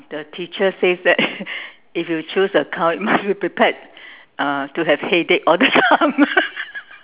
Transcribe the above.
the teacher says that if you choose accounts you must be prepared uh to have headache all the time